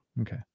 Okay